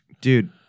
Dude